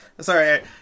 Sorry